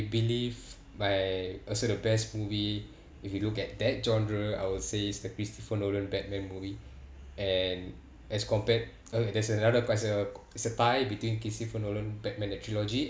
believe my also the best movie if you look at that genre I would say is the christopher nolan batman movie and as compared okay there's another it's a tie between christopher nolan batman trilogy